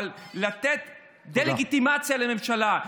אבל לעשות דה-לגיטימציה לממשלה,